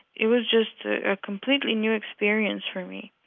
it was just a completely new experience for me.